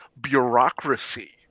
bureaucracy